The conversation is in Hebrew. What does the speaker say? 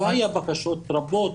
לא היו בקשות רבות,